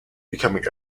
becoming